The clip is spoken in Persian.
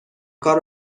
کار